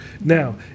Now